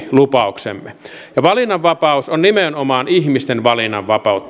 ja valinnanvapaus on nimenomaan ihmisten valinnanvapautta